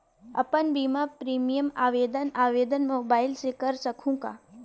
अपन बीमा प्रीमियम आवेदन आवेदन मोबाइल से कर सकहुं का?